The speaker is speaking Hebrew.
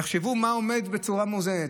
יחשבו מה עומד בצורה מאוזנת.